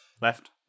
Left